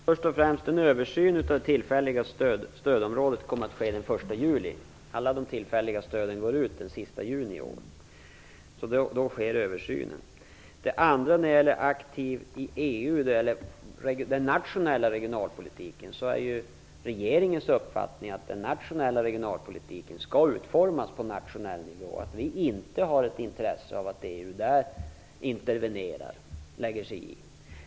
Herr talman! Först och främst kommer det att ske en översyn av det tillfälliga stödområdena den 1 juli. När det sedan gäller den nationella regionalpolitiken är regeringens uppfattning att den skall utformas på nationell nivå. Vi har inget intresse av att EU lägger sig i, intervenerar, vår regionalpolitik.